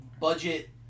budget